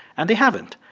and they haven't.